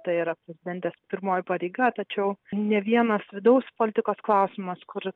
tai yra prezidentės pirmoji pareiga tačiau ne vienas vidaus politikos klausimas kur